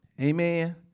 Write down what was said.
Amen